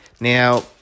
Now